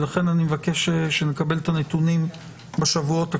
לכן אבקש שנקבל את הנתונים בשבועות הקרובים.